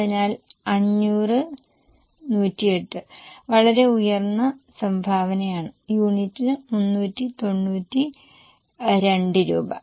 അതിനാൽ 500 108 വളരെ ഉയർന്ന സംഭാവനയാണ് യൂണിറ്റിന് 392 രൂപ